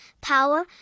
power